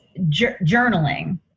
journaling